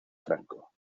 franco